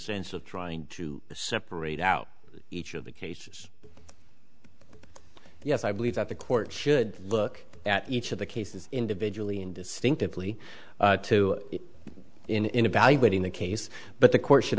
sense of trying to separate out each of the cases yes i believe that the court should look at each of the cases individually and distinctively two in evaluating the case but the court should